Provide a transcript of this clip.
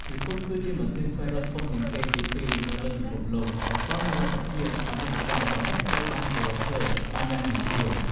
យូធូប គឺជាម៉ាស៊ីនស្វែងរកធំជាងគេទីពីរនៅលើពិភពលោក ដែលផ្តល់លទ្ធភាពឱ្យមាតិការបស់អ្នកត្រូវបានគេរកឃើញបានយ៉ាងងាយស្រួល។